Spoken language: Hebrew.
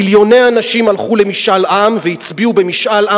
מיליוני אנשים הלכו למשאל-עם והצביעו במשאל-עם.